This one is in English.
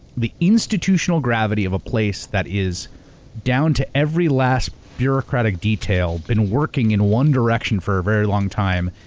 the institutional gravity of a place that is down to every last bureaucratic detail been working and one direction for a very long time,